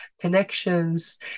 connections